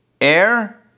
air